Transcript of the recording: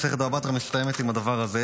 מסכת בבא בתרא מסתיימת עם הדבר הזה,